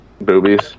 Boobies